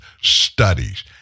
studies